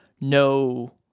no